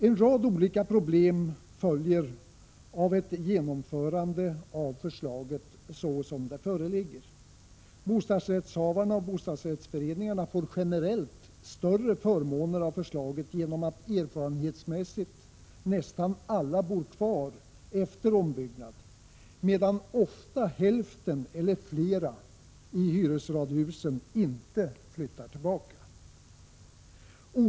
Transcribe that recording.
En rad olika problem följer av ett genomförande av förslaget såsom det föreligger. Bostadsrättshavarna och bostadsrättsföreningarna får generellt större förmåner av förslaget, eftersom erfarenhetsmässigt nästan alla bostadsrättshavare bor kvar efter ombyggnad, medan ofta hälften eller flera av de boende i hyreshus inte flyttar tillbaka.